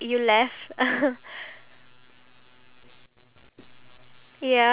on the bottom they will put like the the screen of them gaming